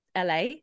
la